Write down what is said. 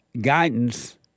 guidance